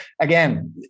again